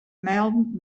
melden